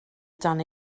dan